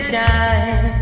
time